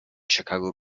chicago